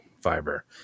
fiber